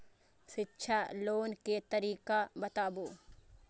शिक्षा लोन के तरीका बताबू?